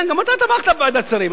כן, גם אתה תמכת בוועדת שרים.